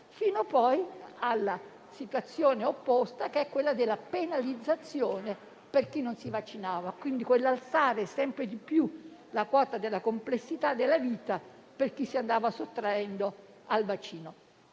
fino alla situazione opposta, che è quella della penalizzazione per chi non si vaccinava, quell'alzare sempre di più la quota di complessità della vita per chi si andava sottraendo al vaccino.